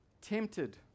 tempted